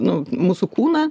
nu mūsų kūną